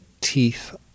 teeth